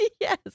Yes